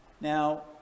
Now